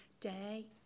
day